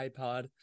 iPod